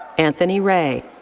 anthony re.